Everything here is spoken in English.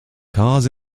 cars